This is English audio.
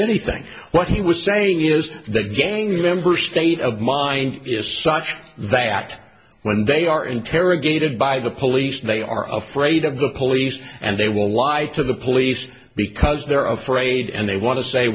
anything what he was saying is that gang member state of mind is such that when they are interrogated by the police they are afraid of the police and they will lie to the police because they're afraid and they want to say